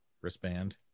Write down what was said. Wristband